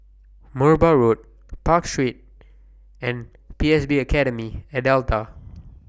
Merbau Road Park Street and P S B Academy At Delta